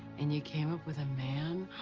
and you came up with a man?